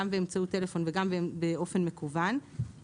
גם באמצעות טלפון וגם באופן מקוון,